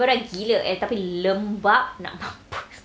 berat gila eh tapi lembab nak mampus